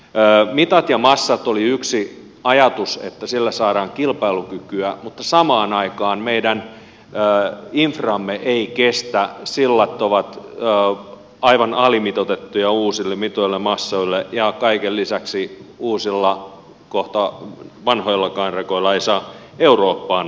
mitat ja massat olivat yksi ajatus että sillä saadaan kilpailukykyä mutta samaan aikaan meidän inframme ei kestä sillat ovat aivan alimitoitettuja uusille mitoille massoille ja kaiken lisäksi uusilla kohta vanhoillakaan rekoilla ei saa eurooppaan ajaa